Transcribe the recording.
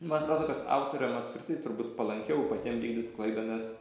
man atrodo kad autoriam apskritai turbūt palankiau patiem vykdyt sklaidą nes